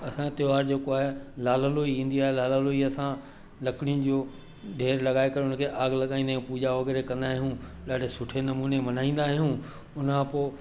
असांजो त्योहार जेको आहे लाल लोइ ईंदी आहे लाल लोइ असां लकड़ुनि जो ढेर लॻाए करे उन खे आग लॻाईंदा आहियूं पूॼा वग़ैरह कंदा आहियूं ॾाढे सुठे नमूने मल्हाईंदा आहियूं उन खां पोइ